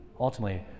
ultimately